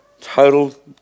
total